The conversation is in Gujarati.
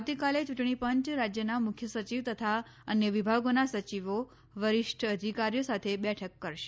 આવતીકાલે ચૂંટણી પંચ રાજ્યના મુખ્ય સચિવ તથા અન્ય વિભાગોના સચિવો વરિષ્ઠ અધિકારીઓ સાથે બેઠક કરશે